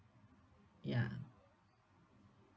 ya